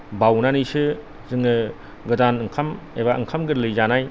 बावनानैसो जोङो गोदान ओंखाम एबा ओंखाम गोर्लै जानाय